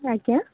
ଆଜ୍ଞା